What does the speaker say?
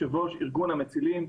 יו"ר ארגון המצילים,